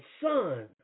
Son